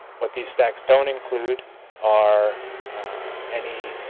what these stacks don't include are any